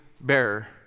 bearer